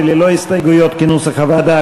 כלכלה ותקציבים,